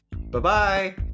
Bye-bye